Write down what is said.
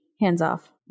hands-off